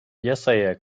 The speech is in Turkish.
yasaya